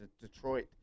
Detroit